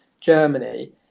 Germany